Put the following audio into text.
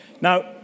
Now